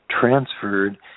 transferred